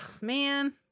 man